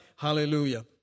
Hallelujah